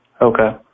Okay